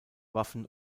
waffen